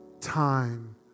time